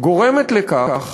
גורמת לכך